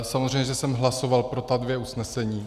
Samozřejmě že jsem hlasoval pro ta dvě usnesení.